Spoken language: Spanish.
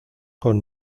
con